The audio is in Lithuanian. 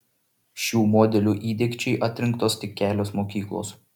šių modelių įdiegčiai atrinktos tik kelios mokyklos